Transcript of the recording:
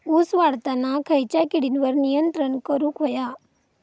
ऊस वाढताना खयच्या किडींवर नियंत्रण करुक व्हया?